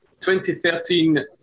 2013